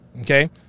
Okay